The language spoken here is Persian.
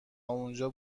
اونجا